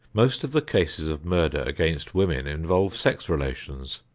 most of the cases of murder against women involve sex relations.